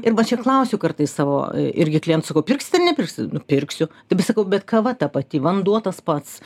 ir va čia klausiu kartais savo irgi klientų sakau pirksit ar nepirksit nu pirksiu taip bet sakau bet kava ta pati vanduo tas pats